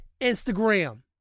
Instagram